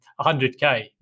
100K